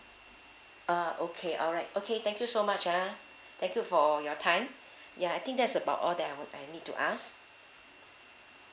uh okay alright okay thank you so much ah thank you for your time ya I think that's about all that I'd need to ask